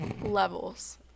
levels